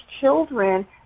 children